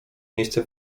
miejsce